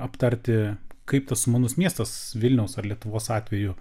aptarti kaip tas sumanus miestas vilniaus ar lietuvos atveju